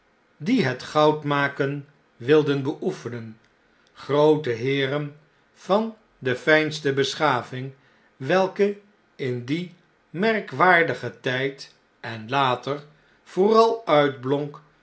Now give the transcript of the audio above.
die het goudmaken wilden beoefenen groote heeren van de fijnste beschaving welke in dien merkwaardigen tjjd en later